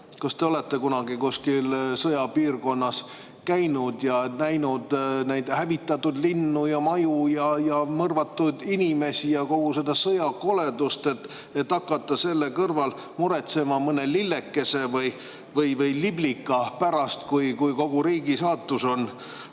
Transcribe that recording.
kas te olete kunagi kuskil sõjapiirkonnas käinud ning näinud hävitatud linnu ja maju ja mõrvatud inimesi, kogu seda sõjakoledust. Hakata selle kõrval muretsema mõne lillekese või liblika pärast, kui kogu riigi saatus on